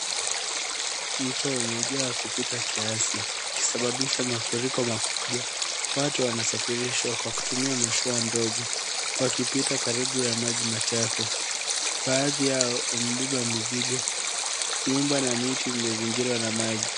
Mto umejaa kupita kiasi ukisababisha mafuriko makubwa, watu wanasafirishwa kwa kutumia mashua ndogo wakipita karibu na maji machafu. Baadhi yao wamebeba mizigo, nyumba na miti umezingirwa na maji.